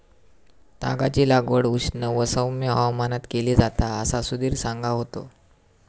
तागाची लागवड उष्ण व सौम्य हवामानात केली जाता असा सुधीर सांगा होतो